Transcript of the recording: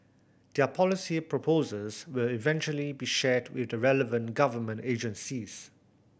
their policy proposals will eventually be shared with the relevant government agencies